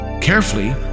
Carefully